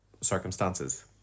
circumstances